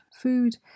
food